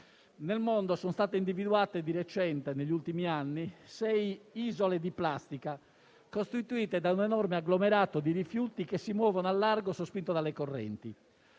Nel mondo sono state individuate negli ultimi anni sei isole di plastica costituite da un enorme agglomerato di rifiuti che si muovono al largo, sospinto dalle correnti.